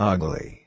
Ugly